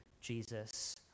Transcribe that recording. jesus